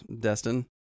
Destin